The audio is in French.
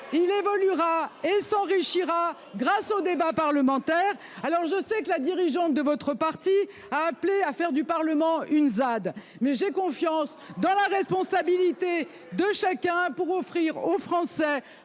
Il évoluera et s'enrichira encore grâce au débat parlementaire. Certes, je sais que la dirigeante de votre parti a appelé à faire du Parlement une « zone à défendre », une ZAD, mais j'ai confiance dans la responsabilité de chacun pour offrir aux Français